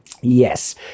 Yes